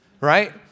right